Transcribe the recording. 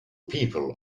people